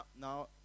now